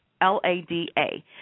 L-A-D-A